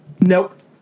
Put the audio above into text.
Nope